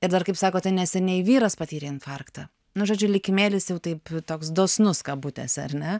ir dar kaip sakote neseniai vyras patyrė infarktą nu žodžiu likimėlis jau taip toks dosnus kabutėse ar ne